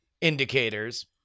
indicators